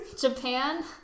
Japan